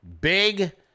big